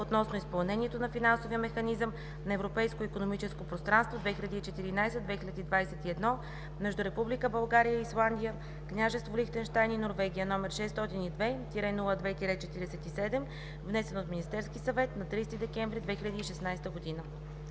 относно изпълнението на Финансовия механизъм на Европейското икономическо пространство 2014 – 2021 между Република България и Исландия, Княжество Лихтенщайн и Кралство Норвегия, № 602 02-47, внесен от Министерския съвет на 30 декември 2016 г.“